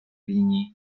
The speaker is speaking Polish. linii